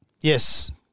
yes